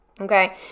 Okay